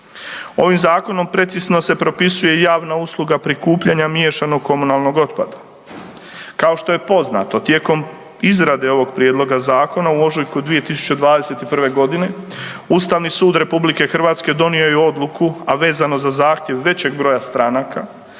Ovim zakonom precizno se propisuje i javna usluga prikupljanja miješanog komunalnog otpada. Kao što je poznato, tijekom izrade ovog prijedloga zakona u ožujku 2021.g. Ustavni sud RH donio je odluku, a vezano za zahtjev većeg broja stranaka